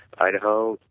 idaho,